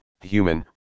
human